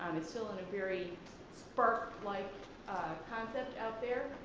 um it's still in a very spark like concept out there,